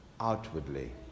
outwardly